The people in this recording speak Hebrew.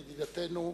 ידידתנו,